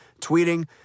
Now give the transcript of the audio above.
tweeting